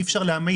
אי אפשר להמעיט.